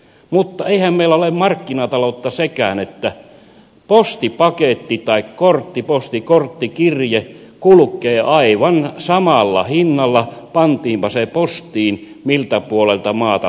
mutta eihän meillä ole markkinataloutta sekään että postipaketti postikortti tai kirje kulkee aivan samalla hinnalla pantiinpa se postiin miltä puolelta maata tahansa